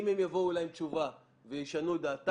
האם הם יבואו אליי עם תשובה וישנו את דעתם,